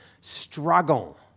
struggle